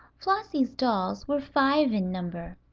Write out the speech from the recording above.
flossie's dolls were five in number.